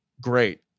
great